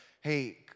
hey